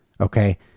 Okay